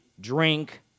drink